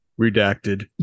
Redacted